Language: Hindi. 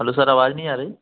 हेलो सर आवाज़ नहीं आ रही